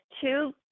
two